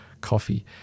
coffee